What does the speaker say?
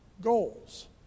goals